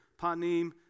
panim